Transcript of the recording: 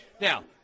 now